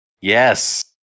Yes